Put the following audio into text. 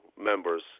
members